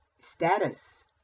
status